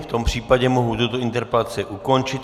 V tom případě mohu tuto interpelaci ukončit.